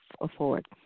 afford